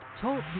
Talk